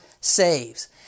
saves